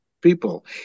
people